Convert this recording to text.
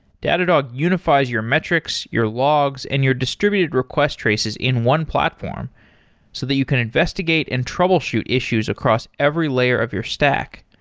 datadog unifies your metrics, your logs and your distributed request traces in one platform so that you can investigate and troubleshoot issues across every layer of your stack.